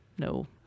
No